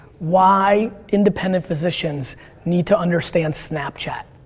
why independent physicians need to understand snapchat.